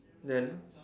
then